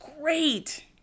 great